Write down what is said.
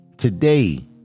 Today